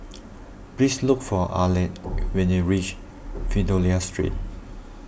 please look for Alek when you reach Fidelio Street